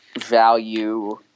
value